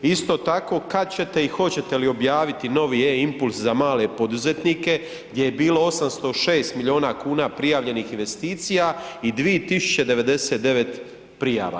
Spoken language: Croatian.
I isto tako, kad ćete i hoćete li objaviti novi e-Impuls za male poduzetnike gdje je bilo 806 milijuna kuna prijavljenih investicija i 2 099 prijava.